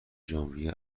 ژانویه